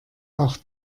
auch